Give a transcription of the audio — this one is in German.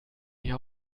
nicht